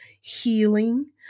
healing